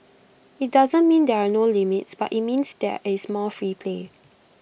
IT doesn't mean there are no limits but IT means there is more free play